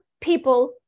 people